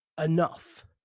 enough